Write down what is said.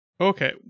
Okay